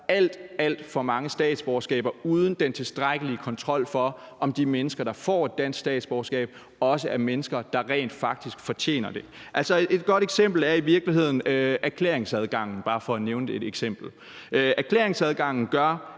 alt for mange statsborgerskaber uden den tilstrækkelige kontrol med, om de mennesker, der får et dansk statsborgerskab, også er mennesker, der rent faktisk fortjener det. Et godt eksempel er i virkeligheden erklæringsadgangen – bare for